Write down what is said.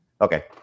Okay